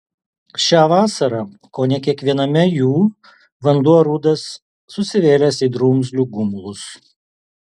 šią vasarą kone kiekviename jų vanduo rudas susivėlęs į drumzlių gumulus